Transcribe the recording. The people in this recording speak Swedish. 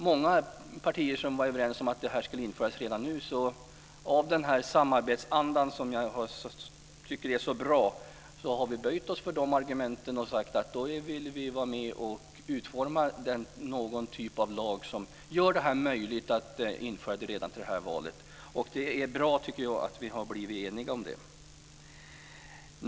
Många partier var dock överens om att detta skulle införas redan nu, och i den samarbetsanda som jag tycker är så bra har vi böjt oss för de argumenten och sagt att vi vill vara med och utforma någon typ av lag som gör det möjligt att införa detta redan till det här valet. Det är bra, tycker jag, att vi har blivit eniga om det.